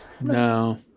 no